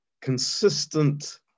consistent